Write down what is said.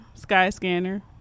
Skyscanner